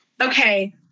Okay